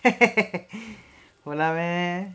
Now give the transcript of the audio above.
போலாமே:polaamae